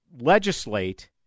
legislate